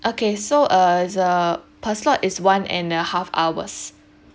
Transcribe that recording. okay so uh it's uh per slot is one and a half hours